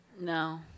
No